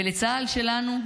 ולצה"ל שלנו,